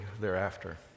thereafter